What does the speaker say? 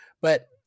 but-